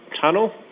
tunnel